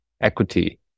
equity